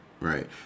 right